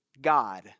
God